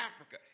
Africa